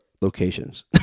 locations